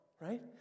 right